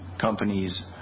companies